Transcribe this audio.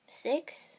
Six